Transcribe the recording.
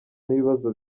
n’ibibazo